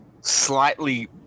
slightly